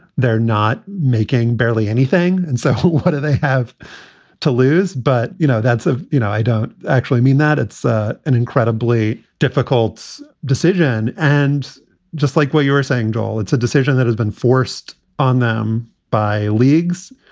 they're not making barely anything. and so what do they have to lose? but, you know, that's a you know, i don't actually mean that. it's an incredibly difficult decision. and just like what you're saying, joel, it's a decision that has been forced on them by leagues,